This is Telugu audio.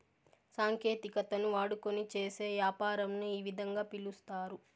సాంకేతికతను వాడుకొని చేసే యాపారంను ఈ విధంగా పిలుస్తారు